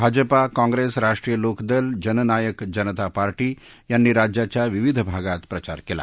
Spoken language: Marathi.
भाजपा काँग्रेस राष्ट्रीय लोक दल जन नायक जनता पार्टी यांनी राज्याच्या विविध भागात प्रचार केला